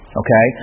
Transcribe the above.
okay